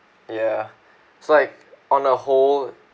ya so like on a whole